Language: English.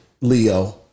Leo